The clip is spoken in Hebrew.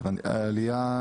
העלייה,